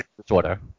disorder